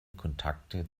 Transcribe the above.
kontakte